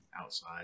outside